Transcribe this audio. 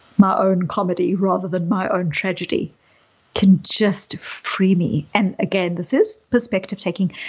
my own comedy rather than my own tragedy can just free me. and again, this is perspective taking.